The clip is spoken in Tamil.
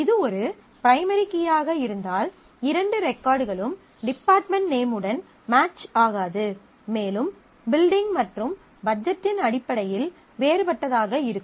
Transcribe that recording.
இது ஒரு பிரைமரி கீயாக இருந்தால் இரண்டு ரெகார்ட்களும் டிபார்ட்மென்ட் நேமுடன் மேட்ச் ஆகாது மேலும் பில்டிங் மற்றும் பட்ஜெட்டின் அடிப்படையில் வேறுபட்டதாக இருக்கும்